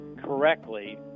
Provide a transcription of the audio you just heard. correctly